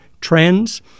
trends